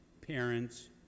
parents